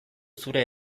zure